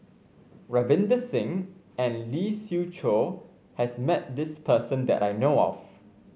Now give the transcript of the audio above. Ravinder Singh and Lee Siew Choh has met this person that I know of